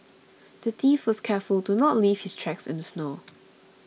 the thief was careful to not leave his tracks in the snow